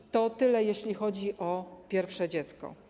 I to tyle, jeśli chodzi o pierwsze dziecko.